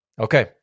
Okay